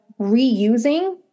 reusing